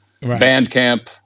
Bandcamp